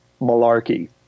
malarkey